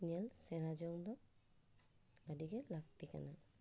ᱧᱮᱞ ᱥᱮᱬᱟᱡᱚᱝ ᱫᱚ ᱟᱹᱰᱤᱜᱮ ᱞᱟᱹᱠᱛᱤ ᱠᱟᱱᱟ